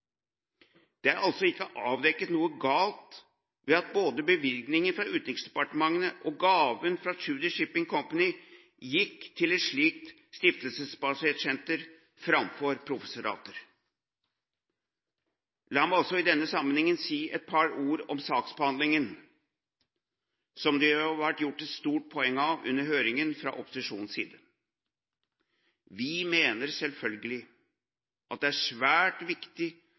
Det er altså ikke avdekket noe galt ved at både bevilgningen fra Utenriksdepartementet og gaven fra Tschudi Shipping Company gikk til et slikt stiftelsesbasert senter framfor til professorater. La meg også i denne sammenhengen si et par ord om saksbehandlingen, som det jo har vært gjort et stort poeng av under høringen fra opposisjonens side. Vi mener selvfølgelig at det er svært viktig